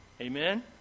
Amen